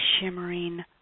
shimmering